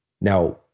now